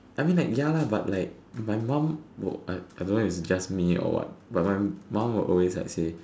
I mean like ya lah but like my mom I don't know whether is just me or what but my mom will always like say